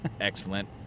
Excellent